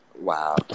Wow